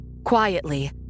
Quietly